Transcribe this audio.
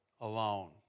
Alone